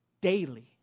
daily